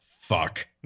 Fuck